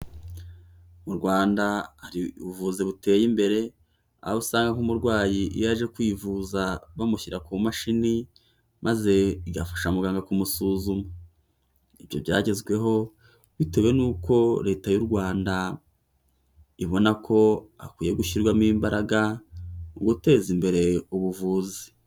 Mu Rwanda hari ubuvuzi buteye imbere, aho usanga nk'umurwayi yaje kwivuza bamushyira ku mashini maze igafasha muganga kumusuzuma, ibyo byagezweho bitewe n'uko Leta y'u Rwanda ibona ko hakwiye gushyirwamo imbaraga mu guteza imbere ubuvuzi.